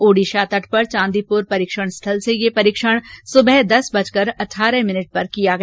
ओडिशा तट पर चांदीपुर परीक्षण स्थल से यह परीक्षण सवेरे दस बजकर अठारह मिनट पर किया गया